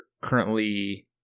currently